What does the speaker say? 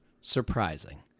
surprising